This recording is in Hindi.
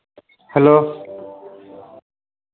हैलो